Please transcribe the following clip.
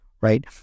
Right